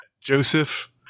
Joseph